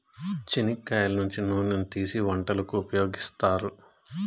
చెనిక్కాయల నుంచి నూనెను తీసీ వంటలకు ఉపయోగిత్తారు